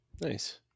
Nice